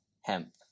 hemp